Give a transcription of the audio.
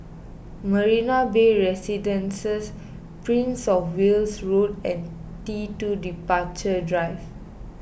Marina Bay Residences Prince of Wales Road and T two Departure Drive